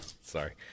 Sorry